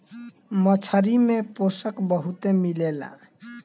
मछरी में पोषक बहुते मिलेला